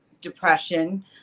depression